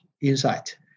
insight